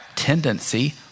tendency